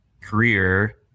career